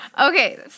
Okay